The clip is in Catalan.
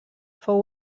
fou